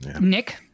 Nick